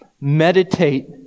meditate